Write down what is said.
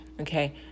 okay